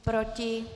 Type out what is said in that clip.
Proti?